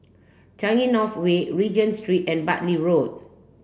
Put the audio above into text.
Changi North Way Regent Street and Bartley Road